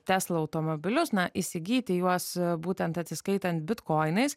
tesla automobilius na įsigyti juos būtent atsiskaitant bitkoinais